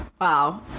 Wow